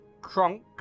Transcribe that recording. Kronk